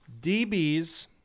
DBs